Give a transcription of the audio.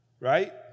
right